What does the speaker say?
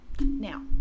Now